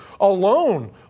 alone